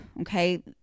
Okay